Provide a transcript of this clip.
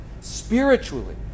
spiritually